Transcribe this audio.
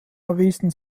erwiesen